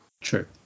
True